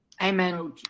Amen